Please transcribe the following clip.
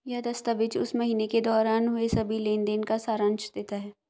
यह दस्तावेज़ उस महीने के दौरान हुए सभी लेन देन का सारांश देता है